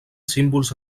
símbols